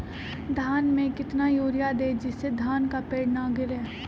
धान में कितना यूरिया दे जिससे धान का पेड़ ना गिरे?